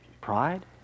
Pride